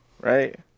right